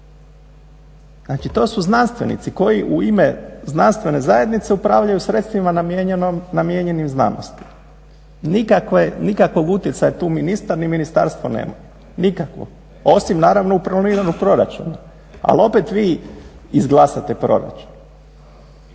Znači, to su znanstvenici koji u ime znanstvene zajednice upravljaju sredstvima namijenjenim znanosti. Nikakvog utjecaja tu ministar ni ministarstvo nema, nikakvo. Osim naravno u planiranom proračunu. Ali opet vi izglasate proračun.